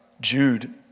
Jude